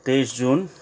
तेइस जुन